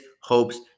hopes